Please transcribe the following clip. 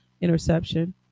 interception